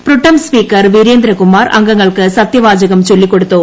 pro tem speaker Veerendrakumar അംഗങ്ങൾക്ക് സത്യവാചകം ചൊല്ലിക്കൊടുത്തു